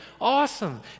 Awesome